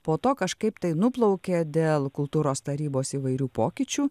po to kažkaip tai nuplaukė dėl kultūros tarybos įvairių pokyčių